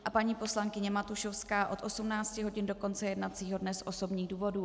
A paní poslankyně Matušovská od 18 hodin do konce jednacího dne z osobních důvodů.